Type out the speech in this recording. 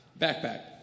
backpack